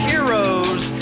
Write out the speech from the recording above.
Heroes